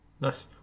Nice